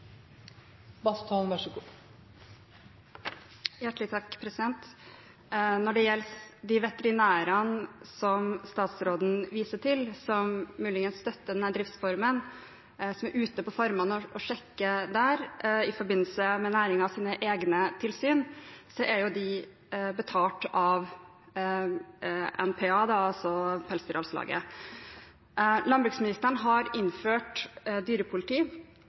med spenning. Så skal vi ha en skikkelig god diskusjon når den tid kommer. Når det gjelder de veterinærene som statsråden viser til, og som muligens støtter denne driftsformen, som er ute på farmene og sjekker der i forbindelse med næringens egne tilsyn, er jo de betalt av NPA, altså Pelsdyralslaget. Landbruksministeren har innført dyrepoliti,